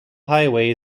highway